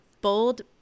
bold